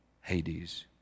Hades